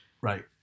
right